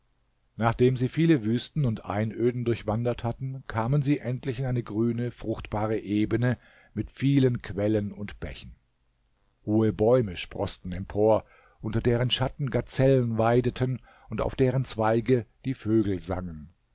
nachdem sie viele wüsten und einöden durchwandert hatten kamen sie endlich in eine grüne fruchtbare ebene mit vielen quellen und bächen hohe bäume sproßten empor unter deren schatten gazellen weideten und auf deren zweige die vögel sangen